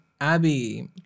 Abby